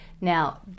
Now